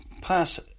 pass